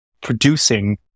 producing